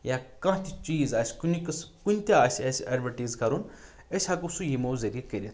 یا کانٛہہ تہِ چیٖز آسہِ کُنہِ قٕس کُنۍ تہِ آسہِ اَسہِ اٮ۪ڈوِٹیٖز کَرُن أسۍ ہٮ۪کو سُہ یِمو ذریعہ کٔرِتھ